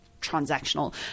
transactional